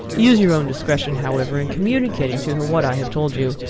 use your own discretion, however, in communicating to her what i have told you.